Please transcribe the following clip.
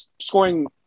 scoring